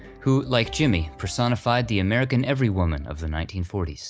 who, like jimmy, personified the american every woman of the nineteen forty